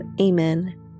Amen